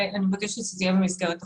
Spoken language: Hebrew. ואני מבקשת שזה יהיה במסגרת החוק.